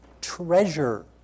treasure